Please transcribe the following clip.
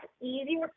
easier